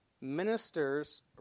ministers